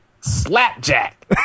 Slapjack